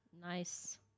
Nice